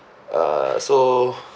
uh so